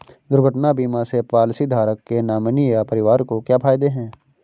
दुर्घटना बीमा से पॉलिसीधारक के नॉमिनी या परिवार को क्या फायदे हैं?